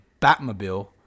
Batmobile